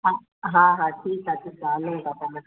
हा हा ठीकु आहे ठीकु आहे हलूं था पाण